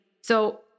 So-